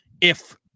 if-